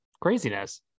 craziness